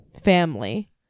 family